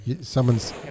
someone's